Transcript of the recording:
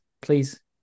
please